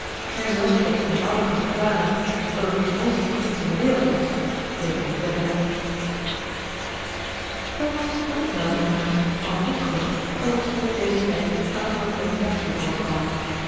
en zelfs tot de eenvoudige verklaring dat het t mooiste kindje van de wereld was bleek hij niet bereid thans moet ik melding maken van een ongeluk dat omstreeks dezen tijd aan mevrouw john dashwood overkwam